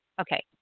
Okay